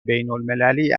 بینالمللی